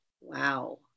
Wow